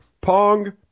Pong